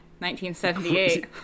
1978